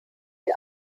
die